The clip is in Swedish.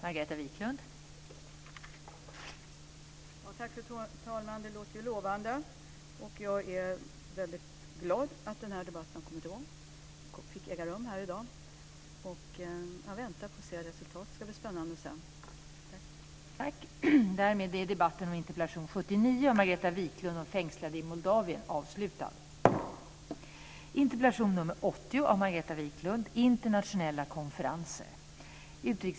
Fru talman! Det låter lovande. Jag är väldigt glad att den här debatten fick äga rum här i dag. Jag väntar på att få se resultat. Det ska bli spännande att se.